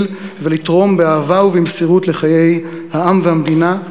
ולתרום באהבה ובמסירות לחיי העם והמדינה,